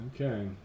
Okay